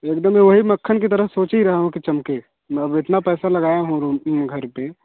एकदम मैं वही मख्खन की तरह सोच ही रहा हूँ कि चमके अब इतना पैसा लगाया हूँ तो रूम घर पे